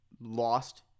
lost